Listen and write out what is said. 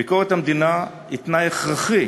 ביקורת המדינה היא תנאי הכרחי